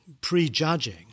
prejudging